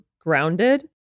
grounded